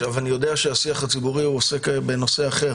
אני יודע שהשיח הציבורי עוסק בנושא אחר